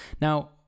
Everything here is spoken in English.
Now